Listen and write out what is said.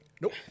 Nope